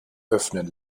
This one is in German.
öffnen